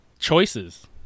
Choices